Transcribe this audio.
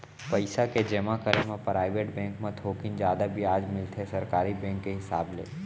पइसा के जमा करे म पराइवेट बेंक म थोकिन जादा बियाज मिलथे सरकारी बेंक के हिसाब ले